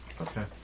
Okay